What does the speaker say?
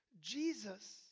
Jesus